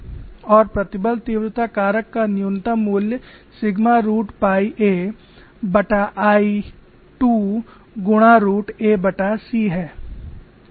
और प्रतिबल तीव्रता कारक का न्यूनतम मूल्य सिग्मा रूट पाई aI 2 गुणा रूट ac है